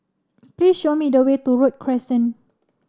please show me the way to Road Crescent